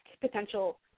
potential